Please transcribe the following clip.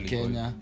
Kenya